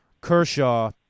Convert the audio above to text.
Kershaw